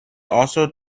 also